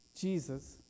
Jesus